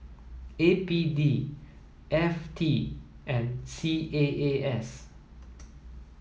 A P D F T and C A A S